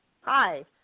hi